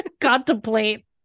contemplate